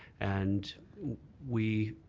and we